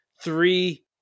three